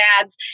ads